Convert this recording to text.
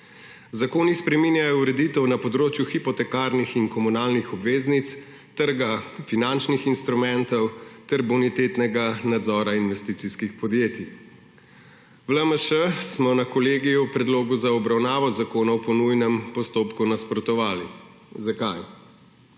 Zakoni spreminjajo ureditev na področju hipotekarnih in komunalnih obveznic, trga finančnih instrumentov ter bonitetnega nadzora investicijskih podjetij. V LMŠ smo na kolegiju predlogu za obravnavo zakonov po nujnem postopku nasprotovali. Zakaj?